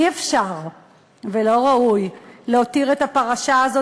אי-אפשר ולא ראוי להותיר את הפרשה הזאת